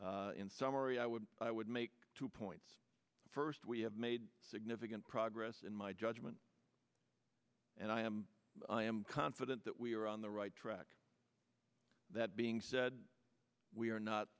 in summary i would i would make two points first we have made significant progress in my judgment and i am i am confident that we are on the right track that being said we are not